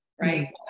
right